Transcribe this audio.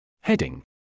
Heading